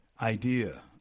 idea